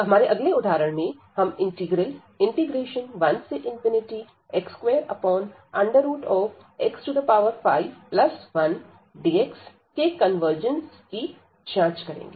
हमारे अगला उदाहरण में हम इंटीग्रल 1x2x51dx के कन्वर्जंस की जांच करेंगे